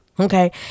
Okay